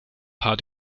paar